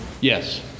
Yes